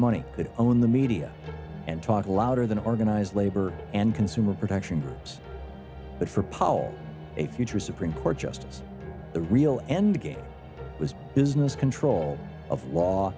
money could own the media and talk louder than organized labor and consumer protection but for power a future supreme court justice the real endgame was business control of law